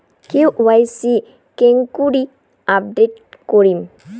KYC কেঙ্গকরি update করিম?